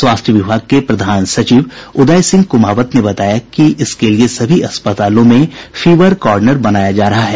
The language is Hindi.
स्वास्थ्य विभाग के प्रधान सचिव उदय सिंह कुमावत ने बताया कि इसके लिये सभी अस्पतालों में फीवर कॉर्नर बनाया जा रहा है